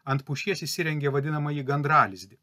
ant pušies įsirengė vadinamąjį gandralizdį